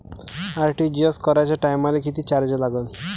RTGS कराच्या टायमाले किती चार्ज लागन?